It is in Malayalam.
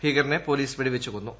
ഭീകർനെ പൊലീസ് വെടിവച്ചു കൊന്നു